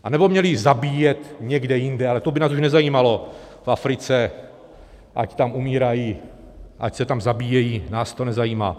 Anebo měly zabíjet někde jinde, ale to by nás už nezajímalo, v Africe, ať tam umírají, ať se tam zabíjejí, nás to nezajímá?